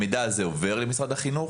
המידע הזה עובר למשרד החינוך.